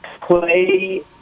play